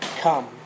come